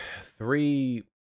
three